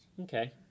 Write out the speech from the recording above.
Okay